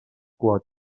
quatre